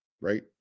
right